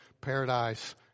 paradise